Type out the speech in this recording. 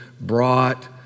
brought